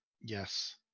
yes